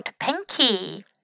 Pinky